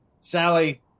Sally